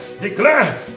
Declare